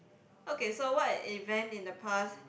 okay so what event in the past